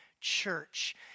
church